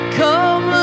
come